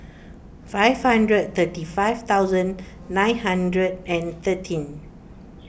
five hundred thirty five thousand nine hundred and thirteen